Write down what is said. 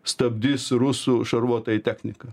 stabdys rusų šarvuotąją techniką